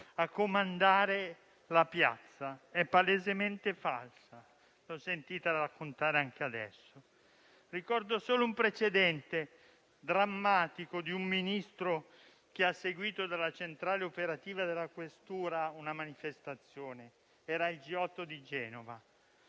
a comandare la piazza, è palesemente falsa; l'ho sentita raccontare anche adesso. Ricordo solo un precedente drammatico di un Ministro che ha seguito dalla centrale operativa della questura una manifestazione: era il G8 di Genova.